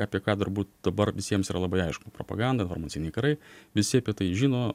apie ką turbūt dabar visiems yra labai aišku propaganda informaciniai karai visi apie tai žino